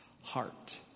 heart